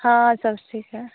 हाँ सब ठीक है